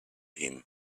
him